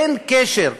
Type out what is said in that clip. אין קשר.